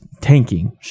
tanking